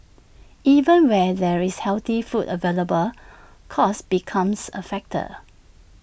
even where there is healthy food available cost becomes A factor